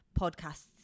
podcasts